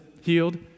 healed